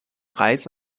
reis